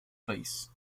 país